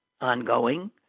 ongoing